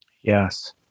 Yes